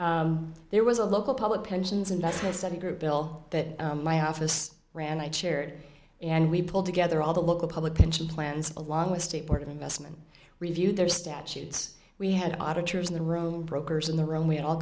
questions there was a local public pensions investment study group bill that my office ran i chaired and we pulled together all the local public pension plans along with state board of investment review their statutes we had auditors in the room brokers in the room we had all